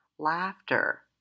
laughter